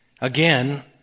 Again